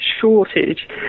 shortage